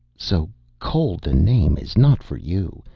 so cold a name is not for you,